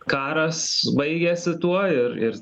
karas baigėsi tuo ir ir